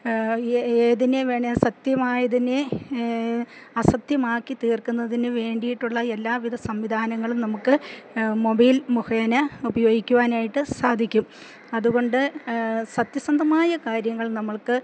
ഏതിനെ വേണമെങ്കിലും സത്യമായതിനെ അസത്യമാക്കി തീർക്കുന്നതിന് വേണ്ടിയിട്ടുള്ള എല്ലാവിധ സംവിധാനങ്ങളും നമുക്ക് മൊബൈൽ മുഖേനെ ഉപയോഗിക്കുവാനായിട്ട് സാധിക്കും അതുകൊണ്ട് സത്യസന്ധമായ കാര്യങ്ങൾ നമുക്ക്